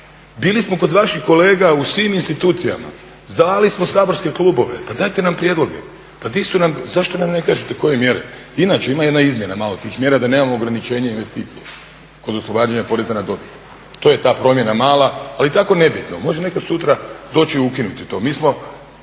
bili smo kod vaših kolega u svim institucijama. Zvali smo saborske klubove, pa dajte nam prijedloge. Pa di su nam, zašto nam ne kažete koje mjere, inače ima jedna izmjena malo tih mjera da nemamo ograničenje investicije kod oslobađanja poreza na dobit. To je ta promjena mala, ali tako nebitno. Može netko sutra doći i ukinuti to.